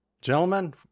Gentlemen